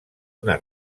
una